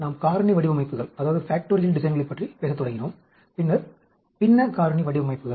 நாம் காரணி வடிவமைப்புகளைப் பற்றி பேசத் தொடங்கினோம் பின்னர் பின்ன காரணி வடிவமைப்புகள்